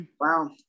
wow